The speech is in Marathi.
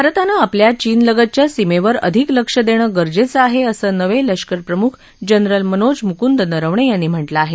भारतानं आपल्या चीनलगतच्या सीमेवर अधिक लक्षं देणं गरजेचं आहे असं नवे लष्कर प्रमुख जनरल मनोज मुकुंद नरवणे यांनी म्हटलं आहे